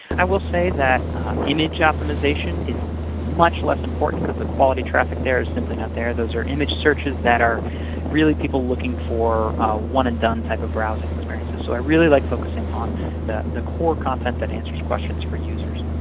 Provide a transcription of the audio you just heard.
i will say that image optimization is much less important because the quality traffic there is simply not there. those are image searches that are really people looking for one-and-done type of browsing experiences. so i really like focusing on the the core content that answers questions for users.